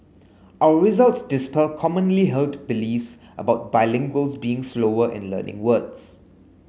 our results dispel commonly held beliefs about bilinguals being slower in learning words